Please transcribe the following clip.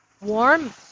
warm